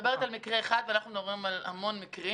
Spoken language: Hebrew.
את מדברת על מקרה אחד ואנחנו מדברים על המון מקרים.